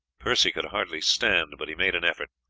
percy could hardly stand, but he made an effort,